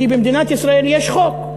כי במדינת ישראל יש חוק,